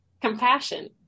Compassion